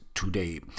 today